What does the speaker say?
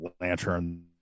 lantern